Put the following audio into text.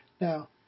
now